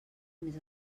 més